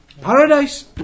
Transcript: paradise